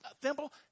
thimble